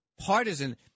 partisan